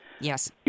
Yes